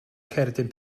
cerdyn